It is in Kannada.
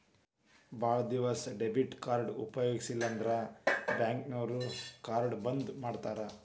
ಭಾಳ್ ದಿವಸ ಡೆಬಿಟ್ ಕಾರ್ಡ್ನ ಉಪಯೋಗಿಸಿಲ್ಲಂದ್ರ ಬ್ಯಾಂಕ್ನೋರು ಕಾರ್ಡ್ನ ಬಂದ್ ಮಾಡ್ತಾರಾ